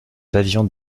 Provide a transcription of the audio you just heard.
pavillon